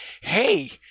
hey